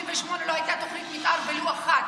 מ-1978 לא הייתה תוכנית מתאר ולו אחת,